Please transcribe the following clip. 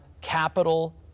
capital